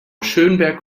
schönberg